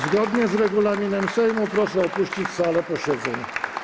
Zgodnie z regulaminem Sejmu proszę opuścić salę posiedzeń.